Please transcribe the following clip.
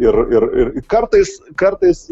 ir ir ir kartais kartais